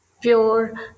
pure